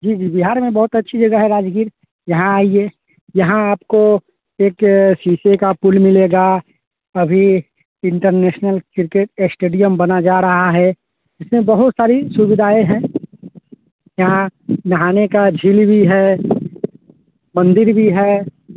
जी जी बिहार में बहुत अच्छी जगह है राजगीर यहाँ आइए यहाँ आपको एक शीशे का पुल मिलेगा अभी इंटरनेशनल क्रिकेट अस्टेडियम बना जा रहा है इसमें बहुत सारी सुविधाएँ हैं यहाँ नहाने का झील भी है मंदिर भी है